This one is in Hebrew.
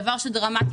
דבר דרמטי.